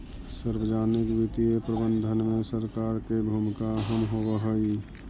सार्वजनिक वित्तीय प्रबंधन में सरकार के भूमिका अहम होवऽ हइ